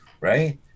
Right